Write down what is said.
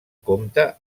compta